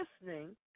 listening